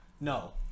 No